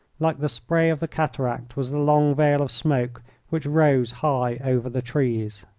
like the spray of the cataract was the long veil of smoke which rose high over the trees.